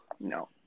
No